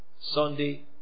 Sunday